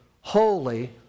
holy